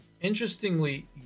interestingly